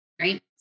right